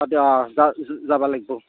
অ দে অ যা যাব লাগিব